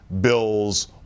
Bills